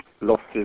losses